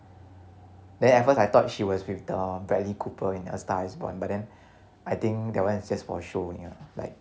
then at first I thought she was with the bradley cooper in a star is born but then I think that one is just for show only lah like